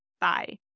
Bye